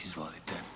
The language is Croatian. Izvolite.